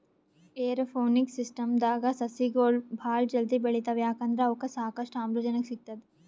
aeroponics ಸಿಸ್ಟಮ್ದಾಗ್ ಸಸಿಗೊಳ್ ಭಾಳ್ ಜಲ್ದಿ ಬೆಳಿತಾವ್ ಯಾಕಂದ್ರ್ ಅವಕ್ಕ್ ಸಾಕಷ್ಟು ಆಮ್ಲಜನಕ್ ಸಿಗ್ತದ್